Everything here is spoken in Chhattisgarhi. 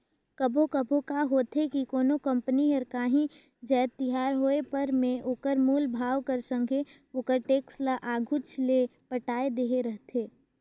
कभों कभों का होथे कि कोनो कंपनी हर कांही जाएत तियार होय पर में ओकर मूल भाव कर संघे ओकर टेक्स ल आघुच ले पटाए देहे रहथे